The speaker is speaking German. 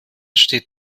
steht